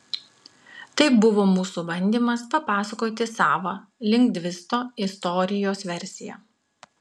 tai buvo mūsų bandymas papasakoti savą lindgvisto istorijos versiją